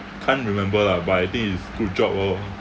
can't remember lah but I think is good job oh